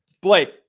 Blake